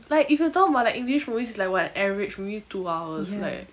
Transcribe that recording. like if you talk about like english movies is like what average maybe two hours like